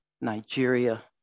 Nigeria